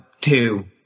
two